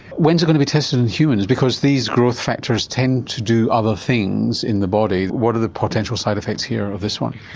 when is it going to be tested in humans because these growth factors tend to do other things in the body, what are the potential side effects here of this one?